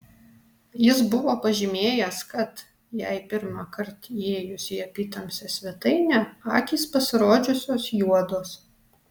jis buvo pažymėjęs kad jai pirmąkart įėjus į apytamsę svetainę akys pasirodžiusios juodos